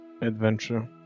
adventure